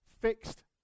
fixed